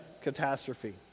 catastrophe